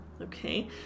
Okay